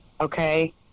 okay